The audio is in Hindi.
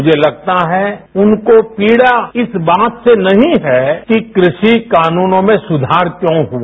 मुझे लगता है उनको पीड़ा इस बात से नहीं है कि कृषि कानूनों में सुधार क्यों हुआ